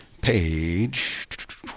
page